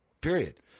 Period